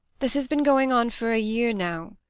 this has been going on for a year now.